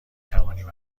توانیم